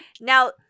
Now –